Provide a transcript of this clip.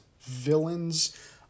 villains